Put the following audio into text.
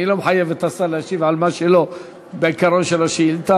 אני לא מחייב את השר להשיב על מה שלא בעיקרה של השאילתה.